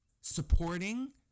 supporting